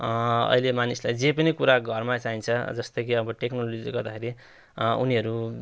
अहिले मानिसलाई जे पनि कुरा घरमा चाहिन्छ जस्तै कि अब टेक्नोलोजीले गर्दाखेरि उनीहरू